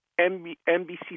NBC